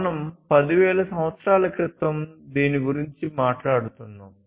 మనం 10000 సంవత్సరాల క్రితం దీని గురించి మాట్లాడుతున్నాము